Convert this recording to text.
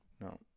No